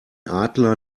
adler